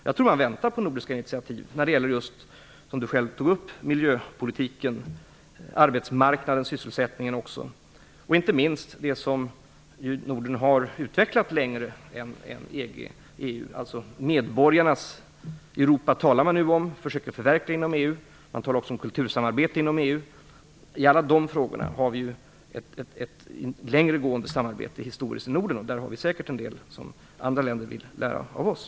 Man väntar säkerligen på nordiska initiativ när det gäller miljöpolitiken - som Olof Johansson själv tog upp - arbetsmarknadens sysselsättning och inte minst när det gäller det som utvecklats längre i Norden än i EU, nämligen medborgarnas Europa. Det talar man nu om i EU, och man försöker förverkliga det. Det talas även om kultursamarbete inom EU. I alla dessa frågor har vi i Norden ett historiskt sett längre gående samarbete. Och det finns säkert en hel del som andra länder vill lära av Sverige.